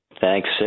Thanks